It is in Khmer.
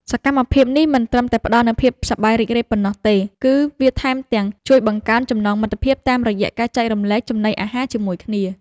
សកម្មភាពនេះមិនត្រឹមតែផ្ដល់នូវភាពសប្បាយរីករាយប៉ុណ្ណោះទេ គឺវាថែមទាំងជួយបង្កើនចំណងមិត្តភាពតាមរយៈការចែករំលែកចំណីអាហារជាមួយគ្នា។